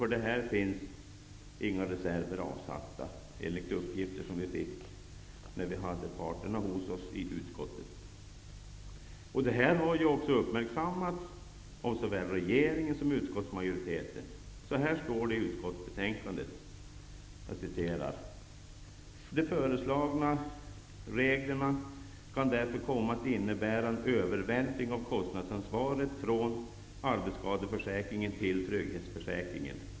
För detta finns inga reserver avsatta, enligt uppgifter som vi fick från parterna när de var hos oss på utskottet. Detta faktum har uppmärksammats av såväl regeringen som utskottsmajoriteten. I utskottsbetänkandet sägs: ''De föreslagna reglerna kan därför komma att innebära en övervältring av kostnadsansvaret från arbetsskadeförsäkringen till trygghetsförsäkringen.''